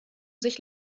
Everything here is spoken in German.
sich